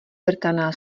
vrtaná